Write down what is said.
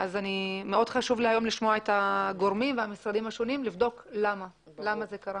מאוד חשוב לי לשמוע את הגורמים במשרדים השונים לבדוק למה זה קרה.